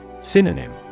Synonym